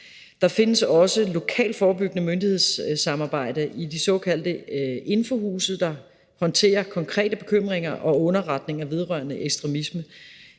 Der findes også et lokalt forebyggende myndighedssamarbejde i de såkaldte infohuse, der håndterer konkrete bekymringer og underretninger vedrørende ekstremisme.